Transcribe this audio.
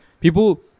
people